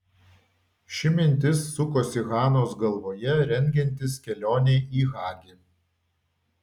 ši mintis sukosi hanos galvoje rengiantis kelionei į hagi